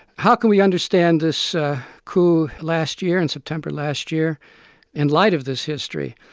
how can we understand this coup last year in september last year in light of this history?